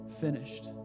finished